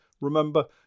Remember